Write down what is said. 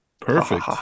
perfect